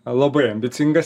labai ambicingas